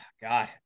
God